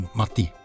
mati